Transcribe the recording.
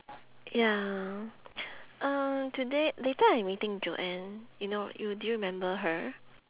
ya uh today later I'm meeting joanne you know mm do you remember her